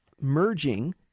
merging